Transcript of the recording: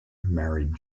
married